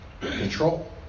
Control